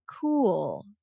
cool